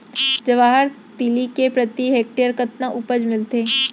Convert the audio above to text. जवाहर तिलि के प्रति हेक्टेयर कतना उपज मिलथे?